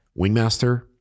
Wingmaster